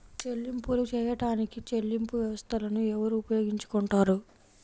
చెల్లింపులు చేయడానికి చెల్లింపు వ్యవస్థలను ఎవరు ఉపయోగించుకొంటారు?